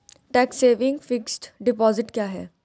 Tax saving fixed deposit क्या है?